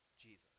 Jesus